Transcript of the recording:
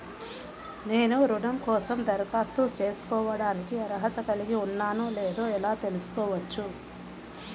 నేను రుణం కోసం దరఖాస్తు చేసుకోవడానికి అర్హత కలిగి ఉన్నానో లేదో ఎలా తెలుసుకోవచ్చు?